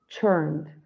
churned